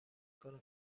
کنه